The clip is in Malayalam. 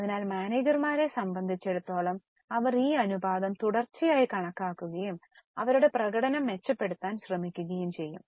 അതിനാൽ മാനേജർമാരെ സംബന്ധിച്ചിടത്തോളം അവർ ഈ അനുപാതം തുടർച്ചയായി കണക്കാക്കുകയും അവരുടെ പ്രകടനം മെച്ചപ്പെടുത്താൻ ശ്രമിക്കുകയും ചെയ്യും